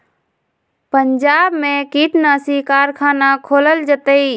पंजाब में कीटनाशी कारखाना खोलल जतई